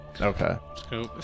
okay